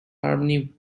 harmony